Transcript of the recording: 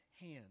hand